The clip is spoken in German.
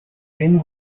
wen